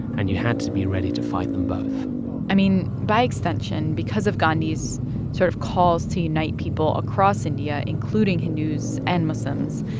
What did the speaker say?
and you had to be ready to fight them both i mean, by extension, because of gandhi's sort of calls to unite people across india, including hindus and muslims,